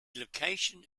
location